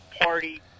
Party